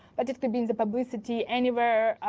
but it could be in the publicity anywhere.